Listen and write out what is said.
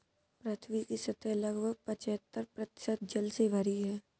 पृथ्वी की सतह लगभग पचहत्तर प्रतिशत जल से भरी है